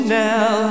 now